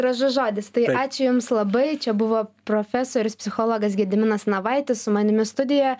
gražus žodis tai ačiū jums labai čia buvo profesorius psichologas gediminas navaitis su manimi studijoje